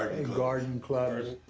um garden clubs.